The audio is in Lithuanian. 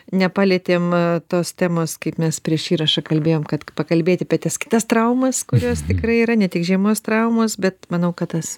nepalietėm tos temos kaip mes prieš įrašą kalbėjom kad pakalbėti pė tas kitas traumas kurios tikrai yra ne tik žiemos traumos bet manau kad tas